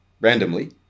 randomly